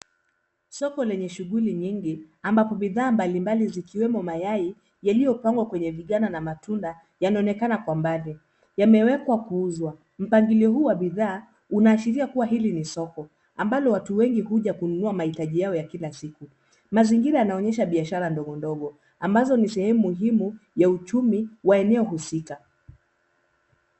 Soko lenye shughuli nyingi ambapo bidhaa mbalimbali zikiwemo mayai yaliyopangwa kwenye vigana na matunda yanaonekana kwa mbali. Yamewekwa kuuzwa. Mpangilio huu wa bidhaa unaashiria kuwa hili ni soko ambalo watu wengi huja kununua mahitaji yao ya kila siku. Mazingira yanaonyesha biashara ndogo ndogo ambazo ni sehemu muhimu ya uchumi wa eneo husika.